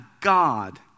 God